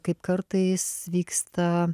kaip kartais vyksta